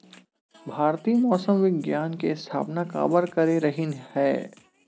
भारती मौसम विज्ञान के स्थापना काबर करे रहीन है?